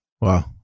Wow